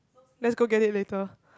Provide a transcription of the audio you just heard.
let's go get it later